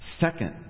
Second